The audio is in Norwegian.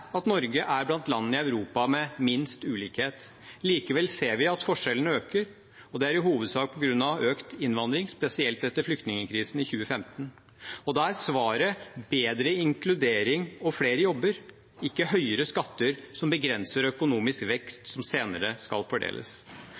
at Norge er blant land i Europa med minst ulikhet. Likevel ser vi at forskjellene øker, og det er i hovedsak på grunn av økt innvandring, spesielt etter flyktningkrisen i 2015. Da er svaret bedre inkludering og flere jobber, ikke høyere skatter som begrenser økonomisk vekst som senere skal fordeles.